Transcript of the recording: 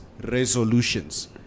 resolutions